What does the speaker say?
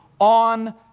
on